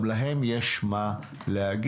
גם להם יש מה להגיד.